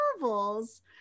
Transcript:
novels